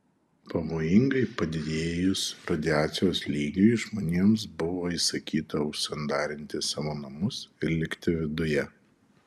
pavojingai padidėjus radiacijos lygiui žmonėms buvo įsakyta užsandarinti savo namus ir likti viduje